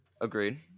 Agreed